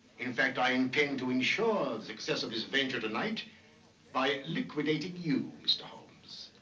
in fact, i intend to insure the success of this venture tonight by liquidating you, mr. holmes.